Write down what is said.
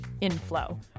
inflow